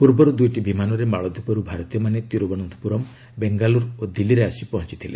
ପୂର୍ବରୁ ଦୁଇଟି ବିମାନରେ ମାଳଦୀପରୁ ଭାରତୀୟମାନେ ତିରୁବନନ୍ତପୁରମ୍ ବେଙ୍ଗାଲୁରୁ ଓ ଦିଲ୍ଲୀରେ ଆସି ପହଞ୍ଚିଥିଲେ